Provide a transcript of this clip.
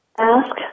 Ask